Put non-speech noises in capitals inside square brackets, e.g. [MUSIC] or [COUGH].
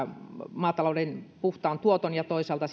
maatalouden puhtaan tuoton ja toisaalta [UNINTELLIGIBLE]